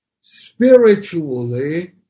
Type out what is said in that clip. spiritually